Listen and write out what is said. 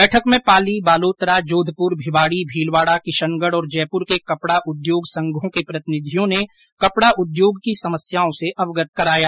बैठक में पाली बालोतरा जोधपुर भिवाड़ी भीलवाड़ा किशनगढ़ और जयपुर के कपड़ा उद्योग संघों के प्रतिनिधियों ने कपड़ा उद्योग की समस्याओं से अवगत कराया